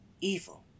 evil